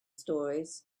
stories